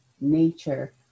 nature